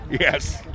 Yes